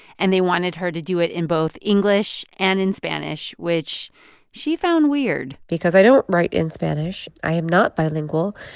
and they wanted her to do it in both english and in spanish, which she found weird because i don't write in spanish. i am not bilingual.